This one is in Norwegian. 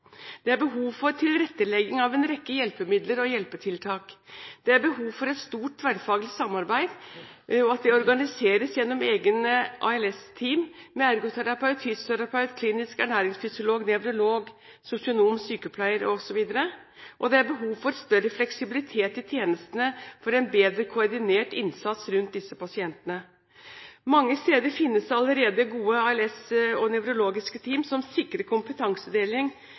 Det er behov for tilrettelegging av en rekke hjelpemidler og hjelpetiltak. Det er behov for et stort tverrfaglig samarbeid, og at det organiseres gjennom egne ALS-team med ergoterapeut, fysioterapeut, klinisk ernæringsfysiolog, nevrolog, sosionom, sykepleier etc. Det er behov for større fleksibilitet i tjenestene og for en bedre koordinert innsats rundt disse pasientene. Mange steder finnes det allerede gode ALS- og nevrologiske team som sikrer kompetansedeling